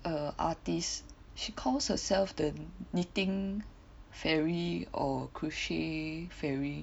err artist she calls herself the knitting fairy or crochet fairy